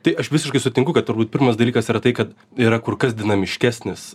tai aš visiškai sutinku kad turbūt pirmas dalykas yra tai kad yra kur kas dinamiškesnis